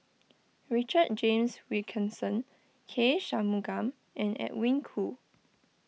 Richard James Wilkinson K Shanmugam and Edwin Koo